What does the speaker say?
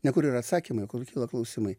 ne kur yra atsakymai o kur kyla klausimai